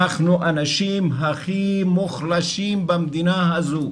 אנחנו אנשים הכי מוחלשים במדינה הזאת.